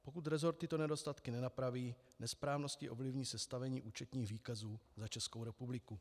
Pokud resort tyto nedostatky nenapraví, nesprávnosti ovlivní sestavení účetních výkazů za Českou republiku.